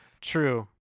True